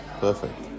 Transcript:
Perfect